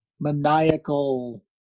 maniacal